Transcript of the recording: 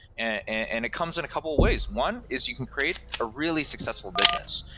and it comes in a couple ways. one is you can create a really successful business.